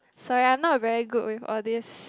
sorry I'm not very good with all these